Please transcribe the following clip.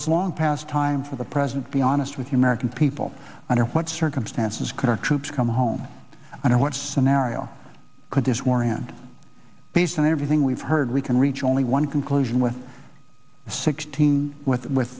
it's long past time for the president be honest with you american people under what circumstances could our troops come home i know what scenario could this war and based on everything we've heard we can reach only one conclusion with sixteen with